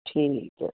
ਠੀਕ ਹੈ